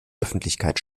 öffentlichkeit